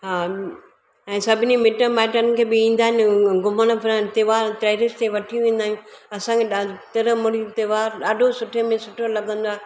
हा ऐं सभिनी मिटु माइटनि खे बि ईंदा आहिनि घुमणु फिरण त्योहारु टेरिस ते वठी वेंदा आहियूं असांखे ॾा तिरुमुरी त्योहारु ॾाढो सुठे में सुठो लॻंदो आहे